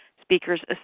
Speakers